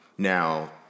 Now